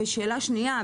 שאלה שנייה,